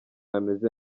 ameze